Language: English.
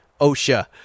OSHA